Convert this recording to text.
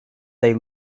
they